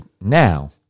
now